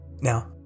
Now